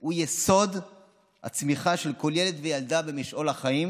הוא יסוד הצמיחה של כל ילד וילדה במשעול החיים.